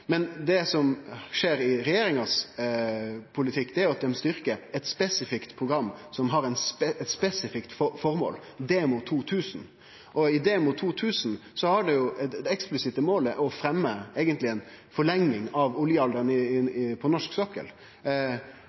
Men det som skjer i regjeringas politikk, er jo at ein styrkjer eit spesifikt program som har eit spesifikt formål, Demo 2000, og i Demo 2000 har ein jo det eksplisitte målet eigentleg å fremje ei forlenging av oljealderen på norsk sokkel. Derfor ønskjer vi å kutte dei særskilde satsingane, så kan oljeforskarane heller gå over på